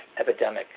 epidemic